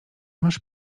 masz